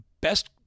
best